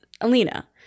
Alina